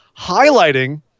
highlighting